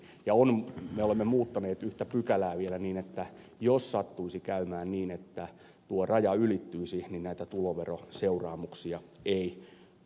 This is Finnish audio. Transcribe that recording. me olemme muuttaneet yhtä pykälää vielä niin että jos sattuisi käymään niin että tuo raja ylittyisi niin näitä tuloveroseuraamuksia ei aiheudu